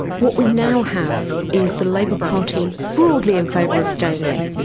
what we now have is the labour party broadly in favour of staying in,